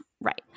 right